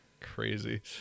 crazy